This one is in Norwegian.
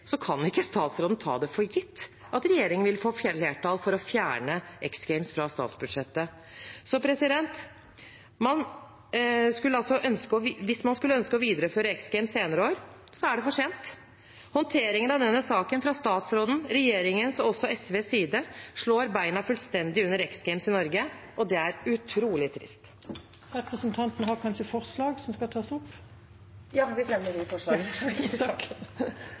kan ikke statsråden ta det for gitt at regjeringen vil få flertall for å fjerne X Games fra statsbudsjettet. Hvis man skulle ønske å videreføre X Games senere år, er det for sent. Håndteringen av denne saken fra statsrådens, regjeringens og også SVs side slår bena fullstendig vekk under X Games i Norge, og det er utrolig trist. Jeg tar opp de forslagene vi er med på. Representanten Turid Kristensen har